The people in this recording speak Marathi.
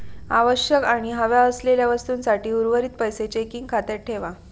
आवश्यक आणि हव्या असलेल्या वस्तूंसाठी उर्वरीत पैशे चेकिंग खात्यात ठेवा